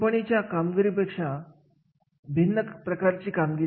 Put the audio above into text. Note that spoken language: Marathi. आणि या व्यवसाय खेळांमधून त्यांना जबाबदारीची जाणीव केली जाऊ शकते